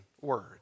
word